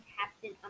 Captain